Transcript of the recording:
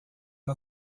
uma